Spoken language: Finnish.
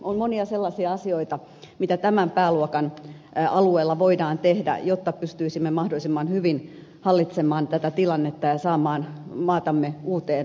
on monia sellaisia asioita mitä tämän pääluokan alueella voidaan tehdä jotta pystyisimme mahdollisimman hyvin hallitsemaan tätä tilannetta ja saamaan maatamme uuteen nousuun